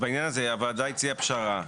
בעניין זה הוועדה הציעה פשרה.